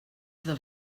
iddo